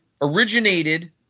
originated –